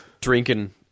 drinking